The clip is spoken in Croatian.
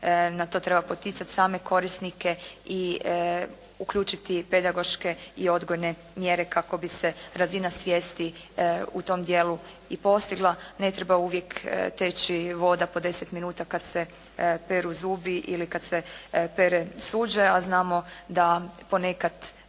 na to treba poticati same korisnike i uključiti pedagoške i odgojne mjere kako bi se razina svijesti u tom dijelu i postigla, ne treba uvijek teći voda po 10 minuta kad se peru zubi, ili kad se pere suđe, a znamo da ponekad